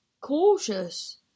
cautious